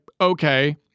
okay